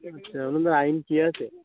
আচ্ছা আপনাদের আইন কী আছে